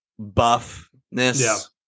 buffness